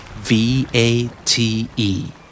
V-A-T-E